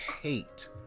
hate